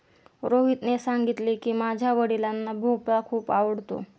रोहितने सांगितले की, माझ्या वडिलांना भोपळा खूप आवडतो